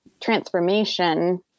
transformation